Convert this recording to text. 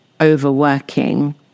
overworking